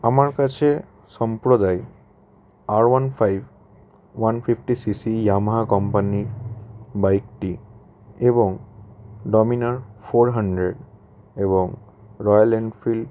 আমার কাছে সম্প্রদায় আর one five one fifty CC Yamaha company বাইকটি এবং ডমিনা ফোর হান্ড্রেড এবং রয়্যাল এনফিল্ড